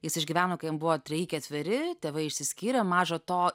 jis išgyveno kai jam buvo treji ketveri tėvai išsiskyrę maža to